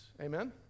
Amen